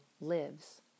lives